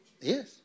Yes